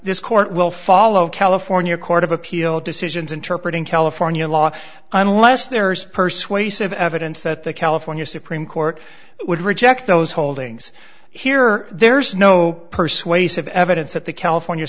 this court will follow the california court of appeal decisions interpret in california law unless there is persuasive evidence that the california supreme court would reject those holdings here there's no persuasive evidence that the california